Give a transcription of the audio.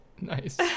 nice